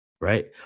right